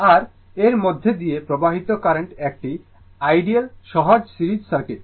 আর এর মধ্য দিয়ে প্রবাহিত কারেন্ট একটি আইডিয়াল সহজ সিরিজ সার্কিট